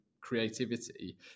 creativity